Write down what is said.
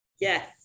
Yes